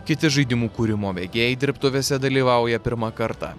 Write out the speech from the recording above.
kiti žaidimų kūrimo mėgėjai dirbtuvėse dalyvauja pirmą kartą